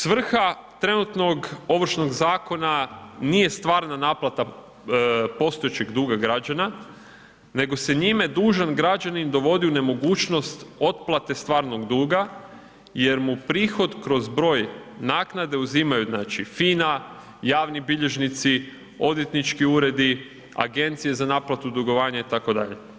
Svrha trenutnog Ovršnog zakona nije stvarna naplata postojećeg duga građana nego se njime dužan građanin dovodi u nemogućnost otplate stvarnog duga jer mu prihod kroz broj naknade uzimaju znači FIN-a, javni bilježnici, odvjetnički uredi, agencije za naplatu dugovanja itd.